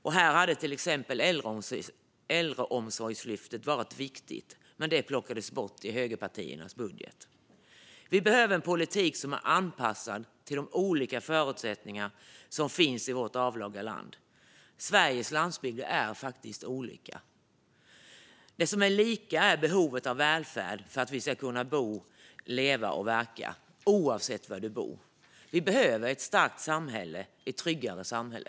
Här hade till exempel Äldreomsorgslyftet varit viktigt. Men det plockades bort i högerpartiernas budget. Vi behöver en politik som är anpassad till de olika förutsättningar som finns i vårt avlånga land. Sveriges landsbygder är faktiskt olika. Det som är lika är behovet av välfärd för att vi ska kunna bo, leva och verka oavsett var i landet man bor. Vi behöver ett starkt samhälle och ett tryggare samhälle.